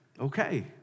okay